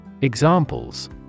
Examples